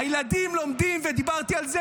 הילדים לומדים, ודיברתי על זה